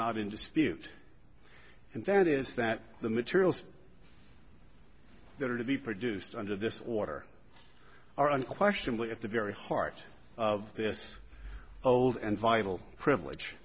dispute and that is that the materials that are to be produced under this water are unquestionably at the very heart of this old and vital privilege